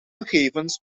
gegevens